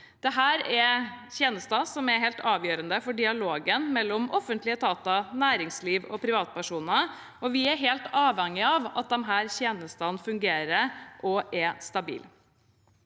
Dette er tjenester som er helt avgjø rende for dialogen mellom offentlige etater, næringsliv og privatpersoner, og vi er helt avhengige av at disse tjenestene fungerer og er stabile.